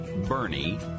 Bernie